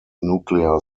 nuclear